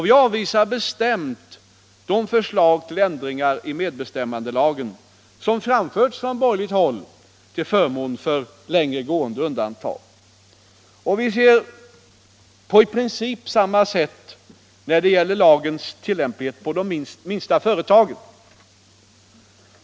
Vi avvisar bestämt de förslag till ändringar i medbestämmandelagen som framförts från borgerligt håll till förmån för längre gående undantag. Vi ser på i princip samma sätt på lagens tillämplighet på de minsta företagen.